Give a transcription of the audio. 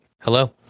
hello